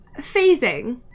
phasing